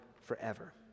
forever